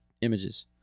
images